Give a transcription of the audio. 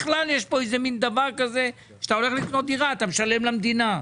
בכלל יש פה איזה מן דבר כזה שאתה הולך לקנות דירה אתה משלם למדינה.